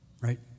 right